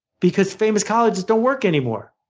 because famous colleges don't work anymore.